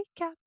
recap